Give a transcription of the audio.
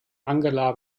angela